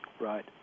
Right